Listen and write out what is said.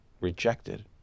rejected